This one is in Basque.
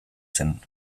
zen